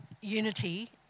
unity